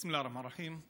בסם אללה א-רחמאן א-רחים.